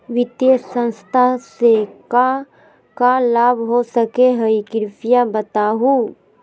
वित्तीय संस्था से का का लाभ हो सके हई कृपया बताहू?